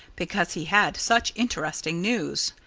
because he had such interesting news.